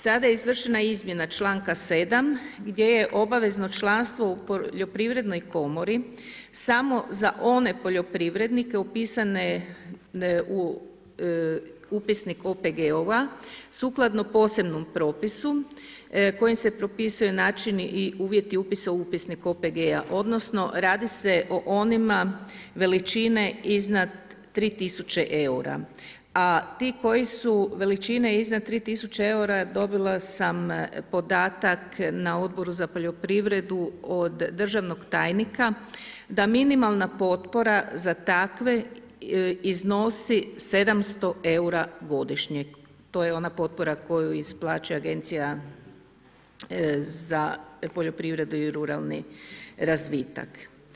Sada je izvršena izmjena članka 7. gdje je obavezno članstvo u Poljoprivrednoj komori samo za one poljoprivrednike upisane u upisnik OPG-ova sukladno posebnom propisu kojim se propisuju načini i uvjeti upisa u upisnik OPG-a. odnosno radi se o onima veličine iznad 3000 eura, a ti koji su veličine iznad 3000 eura dobila sam podatak na Odboru za poljoprivredu od državnog tajnika, da minimalna potpora za takve iznosi 700 eura godišnje, to je ona potpora koju isplaćuje Agencija za poljoprivredu i ruralni razvitak.